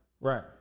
Right